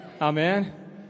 Amen